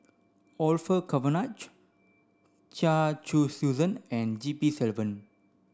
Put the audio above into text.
Orfeur Cavenagh Chia Choo and G P Selvam